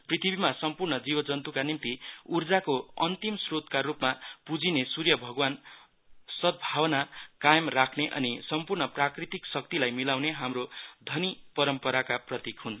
पृथ्वीमा सम्पूर्ण जीव जन्त्को निम्ति उर्जाको अन्तिम श्रोतको रूपमा पुजिने सूर्य भगवान सदभावना कायम राख्ने अनि सम्पूर्ण प्राकृतिक शक्तिलाई मिलाउने हाम्रो धनी परम्पराका प्रतिक हुन्